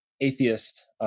atheist